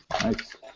Nice